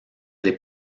des